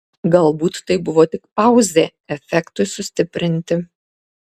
galbūt tai buvo tik pauzė efektui sustiprinti